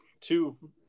two